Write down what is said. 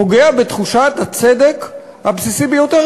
פוגע בתחושת הצדק הבסיסי ביותר,